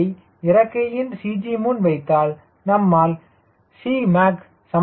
யை இறக்கையின் CG முன் வைத்தால் நம்மால் 𝐶mac சமன் செய்ய முடியும்